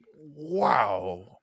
Wow